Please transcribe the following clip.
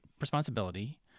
responsibility